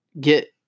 get